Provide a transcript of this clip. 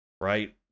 Right